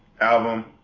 album